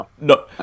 No